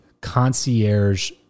concierge